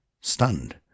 stunned